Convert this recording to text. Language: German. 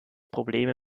probleme